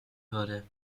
würde